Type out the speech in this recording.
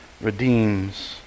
redeems